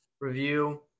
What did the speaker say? review